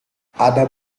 ada